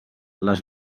les